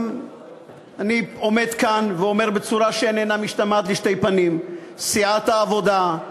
אני עומד כאן ואומר בצורה שאיננה משתמעת לשתי פנים: סיעת העבודה,